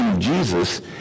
Jesus